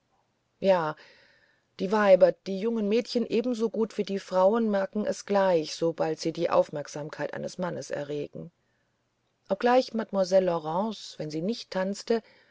ja die weiber die jungen mädchen ebensogut wie die frauen merken es gleich sobald sie die aufmerksamkeit eines mannes erregen obgleich mademoiselle laurence wenn sie nicht tanzte